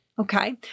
Okay